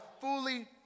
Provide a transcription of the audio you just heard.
fully